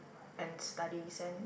and studies and